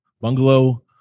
bungalow